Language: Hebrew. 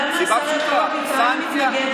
למה השר יעקב אביטן מתנגד,